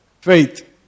Faith